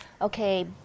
okay